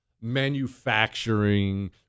manufacturing